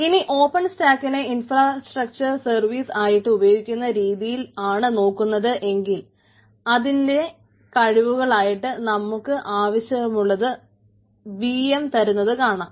ഇനി ഓപ്പൺ സ്റ്റാക്കിനെ infrastructure service ആയിട്ട് ഉപയോഗിക്കുന്ന രീതിയിലാണ് നോക്കുന്നതെങ്കിൽ അതിൻറെ കഴിവുകളായിട്ട് നമുക്ക് ആവശ്യത്തിനുള്ള VM തരുന്നത് കാണാം